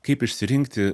kaip išsirinkti